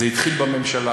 זה התחיל בממשלה,